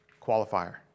qualifier